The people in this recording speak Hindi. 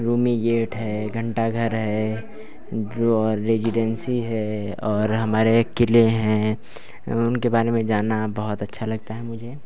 रूमी गेट है घंटा घर है जो और रेजीडेंसी है और हमारे एक किले हैं उनके बारे में जानना बहुत अच्छा लगता है मुझे